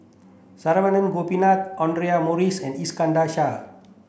Saravanan Gopinathan Audra Morrice and Iskandar Shah